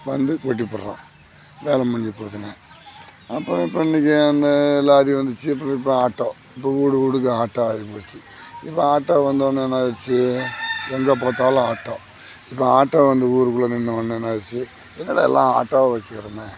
வந்து கொட்டிப்விடுறான் வேலை முடிஞ்சு போவுதுங்க அப்புறம் இப்போ இன்னைக்கு அந்த லாரி வந்துச்சு இப்போ இப்போ ஆட்டோ இப்போ வீடு வீடுக்கு ஆட்டோ ஆயிப்போச்சு இப்போ ஆட்டோ வந்தவொனே என்னாயிடுச்சு எங்கே பார்த்தாலும் ஆட்டோ இப்போ ஆட்டோ வந்து ஊருக்குள்ளே நின்றவுனே என்ன ஆயிடுச்சு என்னடா எல்லாம் ஆட்டோவாக வச்சுக்குறோமே